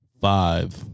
Five